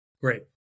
Great